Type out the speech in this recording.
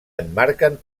emmarquen